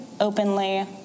openly